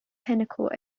pinnacle